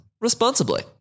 responsibly